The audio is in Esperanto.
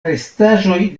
restaĵoj